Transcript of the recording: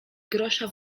grosza